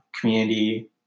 community